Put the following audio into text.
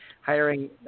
hiring